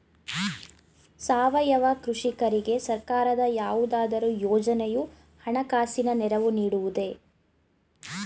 ಸಾವಯವ ಕೃಷಿಕರಿಗೆ ಸರ್ಕಾರದ ಯಾವುದಾದರು ಯೋಜನೆಯು ಹಣಕಾಸಿನ ನೆರವು ನೀಡುವುದೇ?